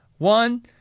One